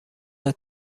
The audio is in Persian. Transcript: است